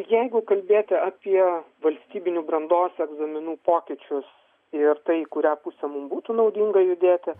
jeigu kalbėti apie valstybinių brandos egzaminų pokyčius ir tai į kurią pusę būtų naudinga judėti